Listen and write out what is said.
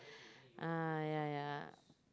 ah yeah yeah